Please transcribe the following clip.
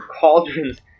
cauldrons